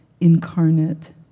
incarnate